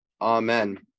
Amen